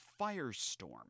firestorm